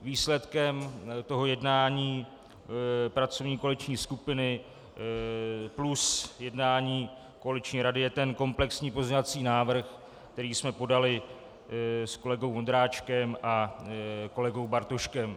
Výsledkem jednání pracovní koaliční skupiny plus jednání koaliční rady je komplexní pozměňovací návrh, který jsme podali s kolegou Vondráčkem a kolegou Bartoškem.